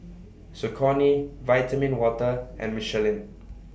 Saucony Vitamin Water and Michelin